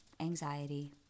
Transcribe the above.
anxiety